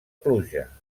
pluja